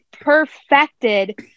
perfected